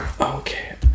Okay